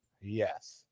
yes